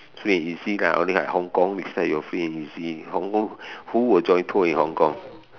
free and easy only like Hong-Kong next time you free and easy Hong-Kong who will join tour in Hong-Kong